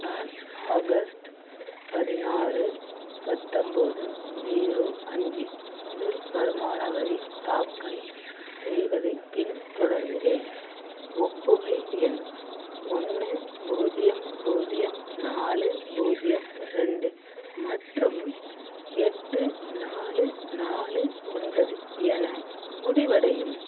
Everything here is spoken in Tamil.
நான் ஆகஸ்ட்டு பதினாறு பத்தம்பது ஜீரோ அஞ்சு முதல் வருமான வரி தாக்கல் செய்வதைப் பின்தொடர்கிறேன் ஒப்புகை எண் ஒன்று பூஜ்ஜியம் பூஜ்ஜியம் நாலு பூஜ்ஜியம் ரெண்டு மற்றும் எட்டு நாலு நாலு ஒன்பது என முடிவடையும்